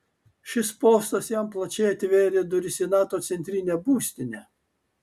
šis postas jam plačiai atvėrė duris į nato centrinę būstinę